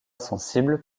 sensibles